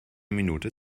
minute